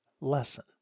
lesson